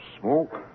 Smoke